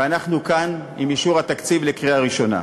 ואנחנו כאן עם אישור התקציב בקריאה ראשונה.